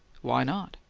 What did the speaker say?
why not?